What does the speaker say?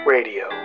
Radio